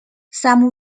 some